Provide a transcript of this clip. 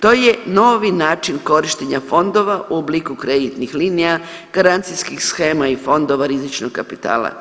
To je novi način korištenja fondova u obliku kreditnih linija, garancijskih shema i fondova rizičnog kapitala.